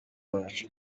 wacu